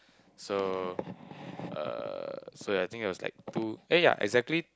so uh so I think it was like two eh ya exactly